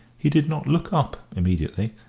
he did not look up immediately,